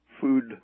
food